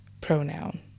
pronoun